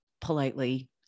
politely